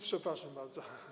Przepraszam bardzo.